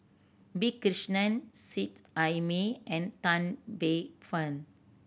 P Krishnan Seet Ai Mee and Tan Paey Fern